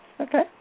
Okay